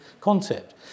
concept